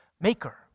maker